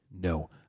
no